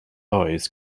eyes